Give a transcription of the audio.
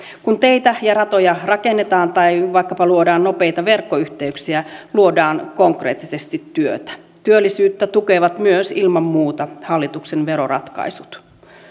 kun teitä ja ratoja rakennetaan tai vaikkapa luodaan nopeita verkkoyhteyksiä luodaan konkreettisesti työtä työllisyyttä tukevat myös ilman muuta hallituksen veroratkaisut